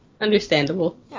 Understandable